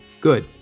Good